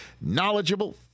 knowledgeable